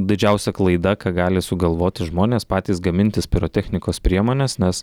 didžiausia klaida ką gali sugalvoti žmonės patys gamintis pirotechnikos priemones nes